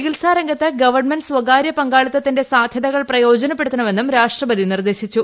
ചികിത്സാരംഗത്ത് government സ്രകാർ ൃ പങ്കാളിത്തത്തിന്റെ സാധൃതകൾ പ്രയോജനപ്പെടുത്തണമെന്നൂർ ്രാഷ്ട്രപതി നിർദ്ദേശിച്ചു